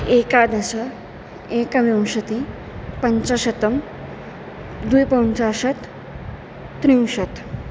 एकादश एकविंशति पञ्चशतं द्विपञ्चाशत् त्रिंशत्